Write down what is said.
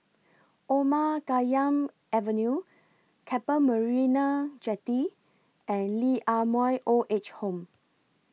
Omar Khayyam Avenue Keppel Marina Jetty and Lee Ah Mooi Old Age Home